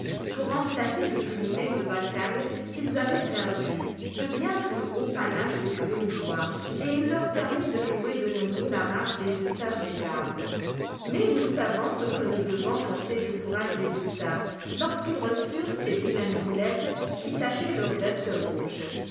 pour remplacer le plumet de bataille qu'ils avaient perdu de bien plus hauts panaches de plumes d'oie et il leur permit de jouer de nouveau la marche des hussards des gardes mais nous savons ce que nous devons penser du courage des hussards lorsqu'ils reçurent ces vilaines boulettes qui tachaient leurs vestes rouges